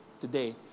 today